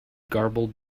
garbled